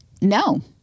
No